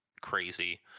crazy